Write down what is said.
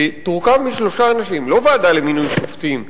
שתורכב משלושה אנשים לא ועדה למינוי שופטים,